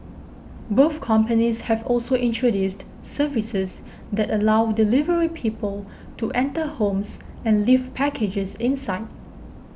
both companies have also introduced services that allow delivery people to enter homes and leave packages inside